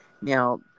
Now